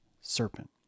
serpent